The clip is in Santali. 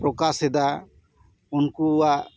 ᱯᱚᱨᱠᱟᱥ ᱮᱫᱟ ᱩᱱᱠᱣᱟᱜ